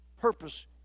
Purpose